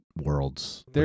worlds